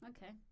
Okay